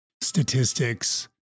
statistics